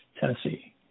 Tennessee